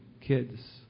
kids